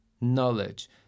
knowledge